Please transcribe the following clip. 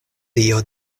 dio